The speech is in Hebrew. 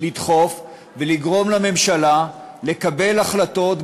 לדחוף ולגרום לממשלה לקבל החלטות,